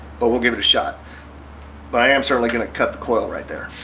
but we'll give it a shot but i am certainly going to cut the coil right there